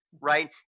right